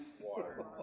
water